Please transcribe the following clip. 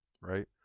Right